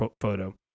photo